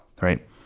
right